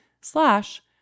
slash